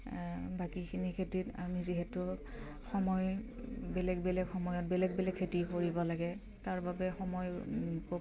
বাকীখিনি খেতিত আমি যিহেতু সময় বেলেগ বেলেগ সময়ত বেলেগ বেলেগ খেতি কৰিব লাগে তাৰ বাবে সময় খুব